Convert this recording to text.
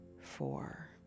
four